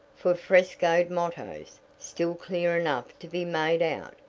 for frescoed mottoes, still clear enough to be made out,